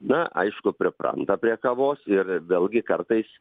na aišku pripranta prie kavos ir vėlgi kartais